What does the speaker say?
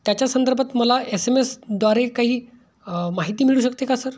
त्याच्या संदर्भात मला एस एम एसद्वारे काही माहिती मिळू शकते का सर